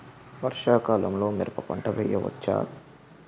వర్షాకాలంలో మిరప పంట వేయవచ్చా?